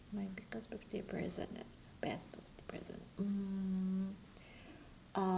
my biggest birthday present and my best present mm uh